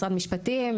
משרד משפטים,